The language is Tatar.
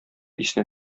исенә